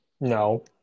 No